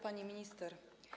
Pani Minister!